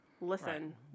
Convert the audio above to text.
listen